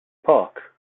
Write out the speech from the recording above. park